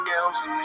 else